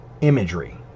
imagery